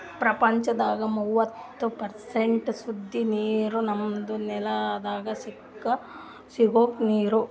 ಪ್ರಪಂಚದಾಗ್ ಮೂವತ್ತು ಪರ್ಸೆಂಟ್ ಸುದ್ದ ನೀರ್ ನಮ್ಮ್ ನೆಲ್ದಾಗ ಸಿಗೋ ನೀರ್